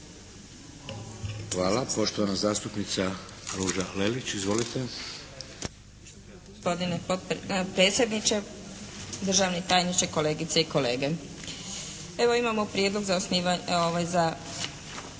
Hvala. Poštovana zastupnica Ruža Lelić. Izvolite!